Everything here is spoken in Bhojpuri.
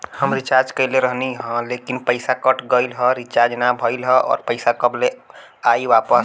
हम रीचार्ज कईले रहनी ह लेकिन पईसा कट गएल ह रीचार्ज ना भइल ह और पईसा कब ले आईवापस?